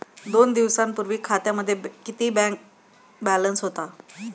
दोन दिवसांपूर्वी खात्यामध्ये किती बॅलन्स होता?